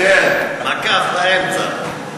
כן, מקף באמצע.